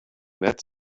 met